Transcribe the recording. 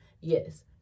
Yes